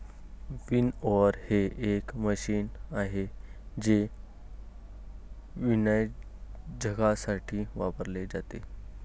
winnower हे एक मशीन आहे जे विनॉयइंगसाठी वापरले जाते